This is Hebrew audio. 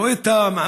הוא רואה את המחלה,